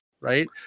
right